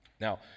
Now